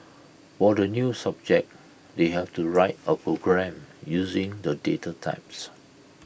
for the new subject they have to write A program using the data types